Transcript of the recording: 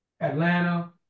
Atlanta